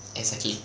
exactly